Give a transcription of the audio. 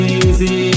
easy